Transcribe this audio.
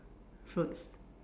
fruits